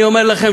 אני אומר לכם,